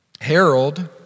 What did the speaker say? Harold